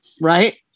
right